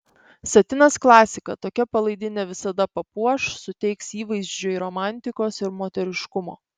satinas klasika tokia palaidinė visada papuoš suteiks įvaizdžiui romantikos ir moteriškumo